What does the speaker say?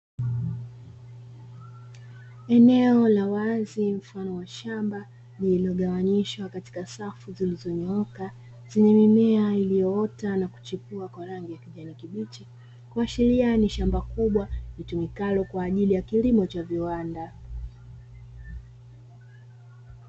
Eneo la wazi mfano wa shamba lililogawanyishwa katika safu zilizonyooka zenye mimea iliyoota na kuchipua kwa rangi ya kijani kibichi, kuashiria ni shamba kubwa litumikalo kwa ajili ya kilimo cha viwanda.